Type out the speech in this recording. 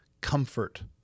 comfort